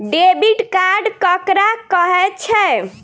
Debit card ककरा कहै छै?